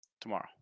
tomorrow